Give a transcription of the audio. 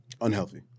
Unhealthy